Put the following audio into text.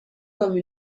comme